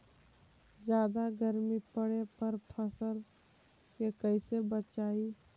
जादा गर्मी पड़े पर फसल के कैसे बचाई?